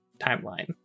timeline